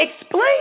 explain